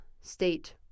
state